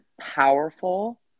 powerful